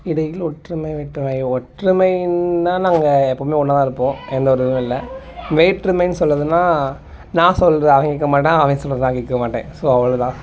இடையில் ஒற்றுமை வேற்றுமை ஒற்றுமைன்னா நாங்கள் எப்போவுமே ஒன்னாக தான் இருப்போம் எந்த ஒரு இதுவும் இல்லை வேற்றுமைன்னு சொல்லுனுன்னா நான் சொல்றதை அவன் கேட்க மாட்டான் அவன் சொல்றதை நான் கேட்க மாட்டேன் ஸோ அவ்வளோ தான்